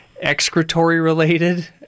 excretory-related